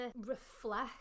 reflect